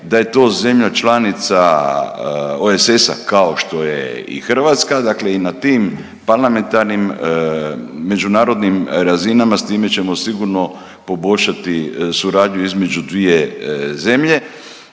da je to zemlja članica OESS-a kao što je i Hrvatska i na tim parlamentarnim međunarodnim razinama s time ćemo sigurno poboljšati suradnju između dvije zemlje.